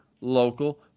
local